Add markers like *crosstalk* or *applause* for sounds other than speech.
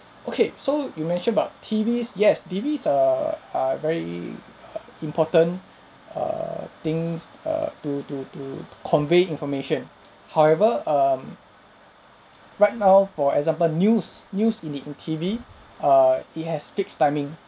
okay so you mentioned about T_Vs yes T_V is a err very important err things err to to to to convey information *breath* however um *noise* right now for example news news in the in T_V err it has fixed timing